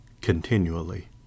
continually